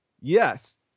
Yes